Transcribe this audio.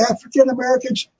African-Americans